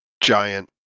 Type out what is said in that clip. giant